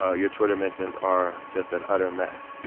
ah your twitter mentions are just an utter mess.